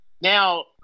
now